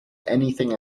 anything